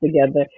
together